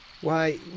Why